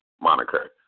moniker